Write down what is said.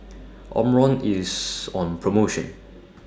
Omron IS on promotion